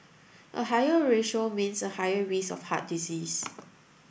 a higher ratio means a higher risk of heart disease